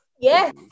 Yes